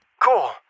Cool